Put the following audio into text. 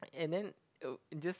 and then it'll just